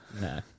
no